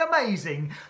amazing